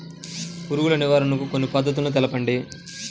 పురుగు నివారణకు కొన్ని పద్ధతులు తెలుపండి?